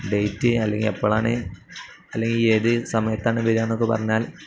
date അല്ലെങ്കിൽ എപ്പോഴാണ് അല്ലെങ്കിൽ ഏത് സമയത്താണ് വരാം എന്നൊക്കെ പറഞ്ഞാൽ